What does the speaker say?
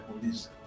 police